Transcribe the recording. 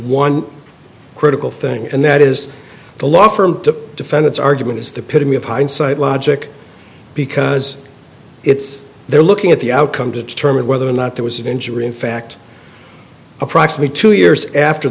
one critical thing and that is the law firm to defend its argument is the pity of hindsight logic because it's there looking at the outcome to determine whether or not there was an injury in fact approximate two years after